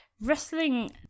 Wrestling